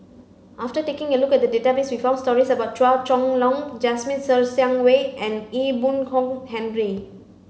after taking a look at the database we found stories about Chua Chong Long Jasmine Ser Xiang Wei and Ee Boon Kong Henry